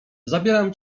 zabieram